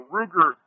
Ruger